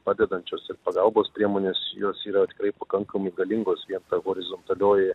padedančios ir pagalbos priemonės jos yra tikrai pakankamai galingos vien ta horizontalioji